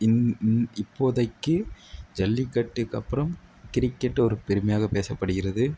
இந் இந் இப்போதைக்கு ஜல்லிக்கட்டுக்கப்புறம் கிரிக்கெட் ஒரு பெருமையாக பேசப்படுகிறது